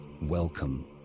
Welcome